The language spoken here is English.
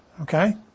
Okay